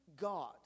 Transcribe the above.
God